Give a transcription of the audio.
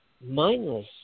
mindless